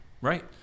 right